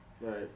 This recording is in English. right